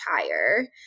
higher